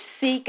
seek